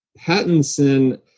Pattinson